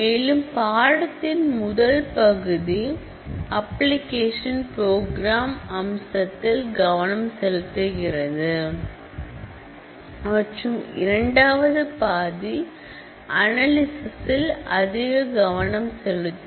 மேலும் பாடத்தின் முதல் பாதி அப்ளிகேஷன் ப்ரோக்ராம் அம்சத்தில் கவனம் செலுத்துகிறது மற்றும் இரண்டாவது பாதி அனாலிசிஸ்ல் அதிக கவனம் செலுத்தும்